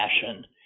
fashion